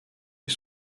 est